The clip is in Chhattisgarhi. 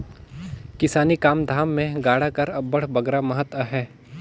किसानी काम धाम मे गाड़ा कर अब्बड़ बगरा महत अहे